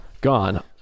Gone